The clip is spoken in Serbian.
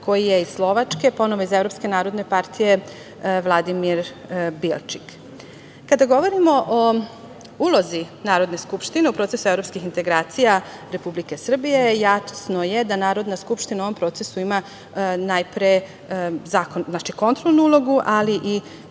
koji je iz Slovačke, ponovo iz Evropske narodne partije Vladimir Bilčik. Kada govorimo o ulozi Narodne skupštine, u procesu Evropskih integracija Republike Srbije, jasno je da Narodna skupština u ovom procesu ima najpre kontrolnu ulogu, ali i